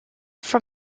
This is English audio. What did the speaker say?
from